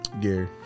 Gary